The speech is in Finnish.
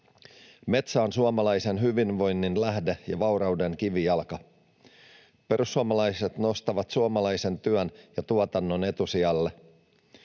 Metsä on suomalaisen hyvinvoinnin lähde ja vaurauden kivijalka. Perussuomalaiset nostavat suomalaisen työn ja tuotannon etusijalle.